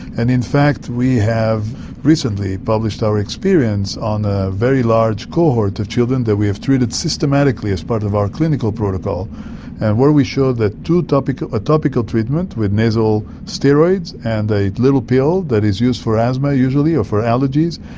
and in fact we have recently published our experience on a very large cohort of children that we have treated systematically as part of our clinical protocol and where we showed that a topical treatment with nasal steroids, and a little pill that is used for asthma usually or for allergies,